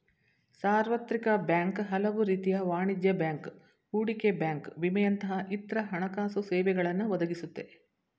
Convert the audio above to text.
ಸಾರ್ವತ್ರಿಕ ಬ್ಯಾಂಕ್ ಹಲವುರೀತಿಯ ವಾಣಿಜ್ಯ ಬ್ಯಾಂಕ್, ಹೂಡಿಕೆ ಬ್ಯಾಂಕ್ ವಿಮೆಯಂತಹ ಇತ್ರ ಹಣಕಾಸುಸೇವೆಗಳನ್ನ ಒದಗಿಸುತ್ತೆ